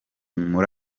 muri